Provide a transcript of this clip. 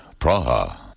Praha